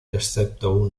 excepto